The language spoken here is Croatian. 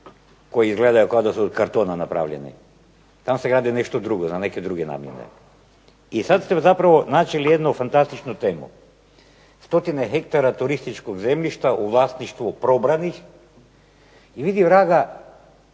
koji izgledaju kao da su od kartona napravljeni. Tamo se gradi nešto drugo, za neke druge namjere. I sad ste zapravo načeli jednu fantastičnu temu. Stotine hektara turističkog zemljišta u vlasništvu probranih i vidi vraga